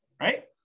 right